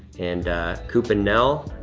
and coop and nell,